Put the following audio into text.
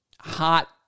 hot